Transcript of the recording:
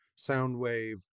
Soundwave